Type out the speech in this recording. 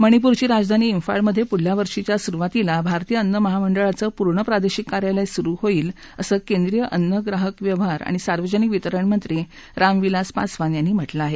मणिपूरची राजधानी फाळमधे पुढल्या वर्षींच्या सुरुवातीला भारतीय अन्नमहामंडळाचं पूर्ण प्रादेशिक कार्यालय सुरु होईल असं केंद्रीय अन्न ग्राहक व्यवहार आणि सार्वजनिक वितरण मंत्री रामविलास पासवान यांनी म्हटलं आहे